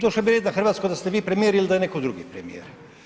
Došao bi red na Hrvatsku da ste vi premijer ili da je netko drugi premijer.